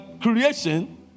creation